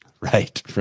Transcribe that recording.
right